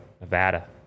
nevada